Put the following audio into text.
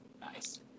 Nice